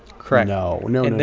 correct no, no,